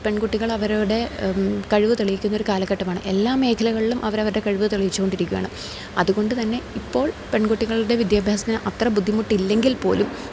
പെൺകുട്ടികൾ അവരവരുടെ കഴിവ് തെളിയിക്കുന്നൊരു കാലഘട്ടമാണ് എല്ലാ മേഖലകളിലും അവരവരുടെ കഴിവ് തെളയിച്ചുകൊണ്ടിരിക്കുവാണ് അതുകൊണ്ട് തന്നെ ഇപ്പോൾ പെൺകുട്ടികളുടെ വിദ്യാഭ്യാസത്തിന് അത്ര ബുദ്ധിമുട്ടില്ലെങ്കിൽ പോലും